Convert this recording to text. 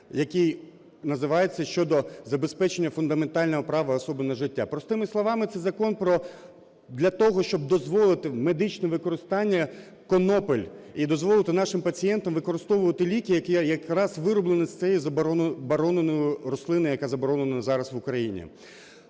який називається "щодо забезпечення фундаментального права особи на життя". Простими словами, це закон для того, щоб дозволити медичне використання конопель і дозволити нашим пацієнтам використовувати ліки, які якраз вироблені із цієї забороненої рослини, яка заборонена зараз в Україні.